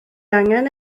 angen